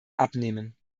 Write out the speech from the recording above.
abnehmen